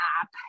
app